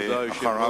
ואחריו,